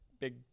big